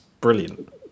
brilliant